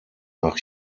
nach